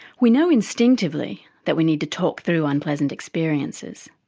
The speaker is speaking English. we know instinctively that we need to talk through unpleasant experiences.